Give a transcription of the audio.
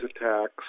attacks